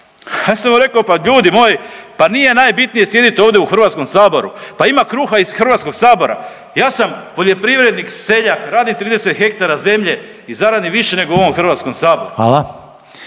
A ja sam rekao pa ljudi moji pa najbitnije sjediti ovdje u Hrvatskom saboru, pa ima kruha iz Hrvatskog sabora. Ja sam poljoprivrednik, seljak, radim 37 hektara zemlje i zaradim više nego u ovom Hrvatskom saboru.